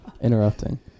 interrupting